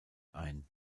ein